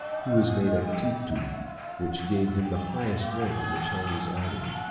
he was made a ti-tu, which gave him the highest rank in the chinese army.